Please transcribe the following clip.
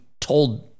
told